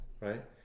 Right